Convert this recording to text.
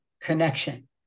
connection